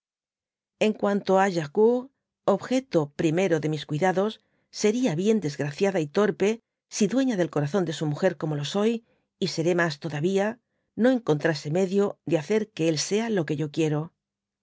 en cuanto á gercourt objeto primero de mis cuidados seria bien desgraciada y torpe si dueña del corazón de su múger como lo soy y seré mas todavía no encontrase medio de hacer que él sea lo que yo quiero